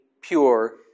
pure